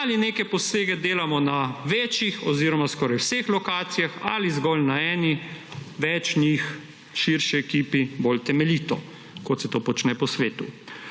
ali neke posege delamo na večjih oziroma skoraj vseh lokacijah ali zgolj na eni, več njih, širši ekipi, bolj temeljito, kot se to počne po svetu.